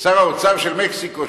האוצר של מקסיקו,